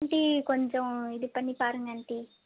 aunty கொஞ்சம் இதுப்பண்ணி பாருங்க ஆண்ட்டி